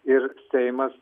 ir seimas